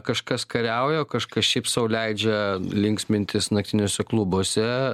kažkas kariauja o kažkas šiaip sau leidžia linksmintis naktiniuose klubuose